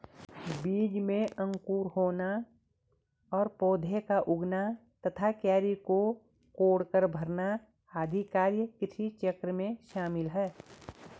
बीज में अंकुर होना और पौधा का उगना तथा क्यारी को कोड़कर भरना आदि कार्य कृषिचक्र में शामिल है